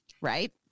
Right